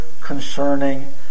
concerning